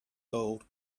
gold